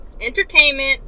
Entertainment